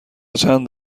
چند